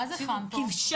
ביחס